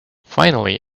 finally